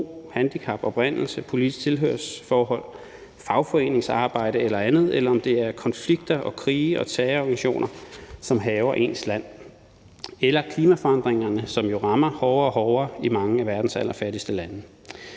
handicap, oprindelse, politisk tilhørsforhold, fagforeningsarbejde eller andet, eller om det er konflikter og krige og terrororganisationer, som hærger ens land, eller klimaforandringerne, som jo rammer hårdere og hårdere i mange af verdens allerfattigste lande;